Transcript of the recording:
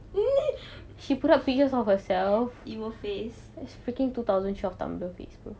!ee! your face